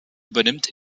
übernimmt